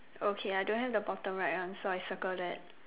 okay I don't have the bottom right one so I circle that